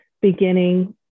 beginning